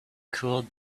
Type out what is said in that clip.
cooled